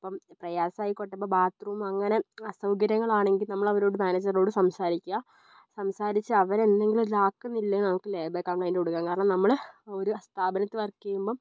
ഇപ്പം പ്രയാസമായിക്കോട്ടെ ഇപ്പോൾ ബാത്ത് റൂം അങ്ങനെ അസൗകര്യങ്ങൾ ആണെങ്കിൽ നമ്മളവരോടു മാനേജറിനോടു സംസാരിക്കുക സംസാരിച്ച് അവരെന്തെങ്കിലും ഇതാക്കുന്നില്ലെങ്കിൽ നമുക്ക് ലേബർ കംപ്ലയിന്റ് കൊടുക്കാം കാരണം നമ്മൾ ഒരു സ്ഥാപനത്തിൽ വർക്കു ചെയ്യുമ്പം